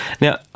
Now